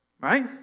Right